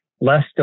less